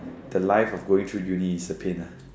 the life of going through uni is a pain lah